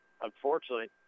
Unfortunately